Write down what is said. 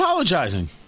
Apologizing